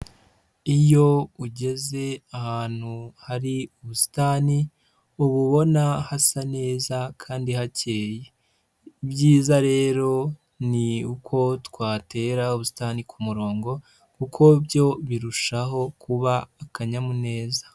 Iyo ugeze ahantu hari ubusitani uba ubona hasa neza kandi hakeye, ibyiza rero ni uko twatera ubusitani ku murongo kuko byo birushaho kuba akanyamuneza.